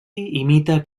imita